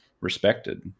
respected